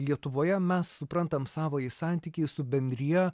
lietuvoje mes suprantam savąjį santykį su bendrija